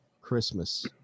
christmas